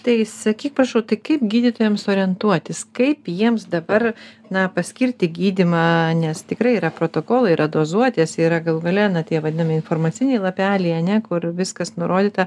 tai sakyk prašau tai kaip gydytojams orientuotis kaip jiems dabar na paskirti gydymą nes tikrai yra protokolai yra dozuotės yra galų gale tie vadinami informaciniai lapeliai ane kur viskas nurodyta